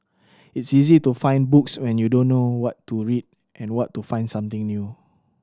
it's easy to find books when you don't know what to read and what to find something new